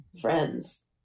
friends